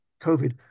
covid